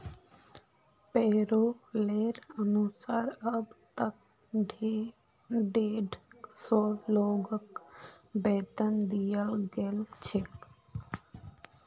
पैरोलेर अनुसार अब तक डेढ़ सौ लोगक वेतन दियाल गेल छेक